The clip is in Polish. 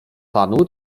panu